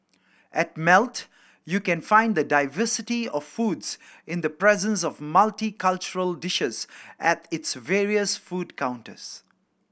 at Melt you can find the diversity of foods in the presence of multicultural dishes at its various food counters